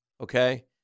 Okay